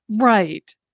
Right